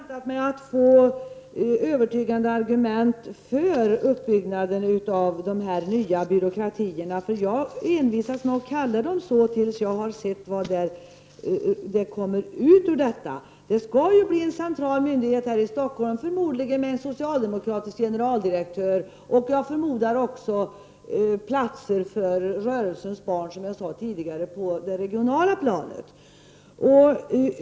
Herr talman! Jag är besviken. Jag hade väntat mig att få övertygande argument för uppbyggnaden av de nya byråkratierna. Jag envisas nämligen med att kalla dem så till dess jag har sett vad som blir resultatet. Det skall ju inrättas en central myndighet här i Stockholm — förmodligen med en socialdemokratisk generaldirektör, och jag förmodar att det också kommer att finnas platser för rörelsens barn på det regionala planet, som jag sade tidigare.